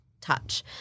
touch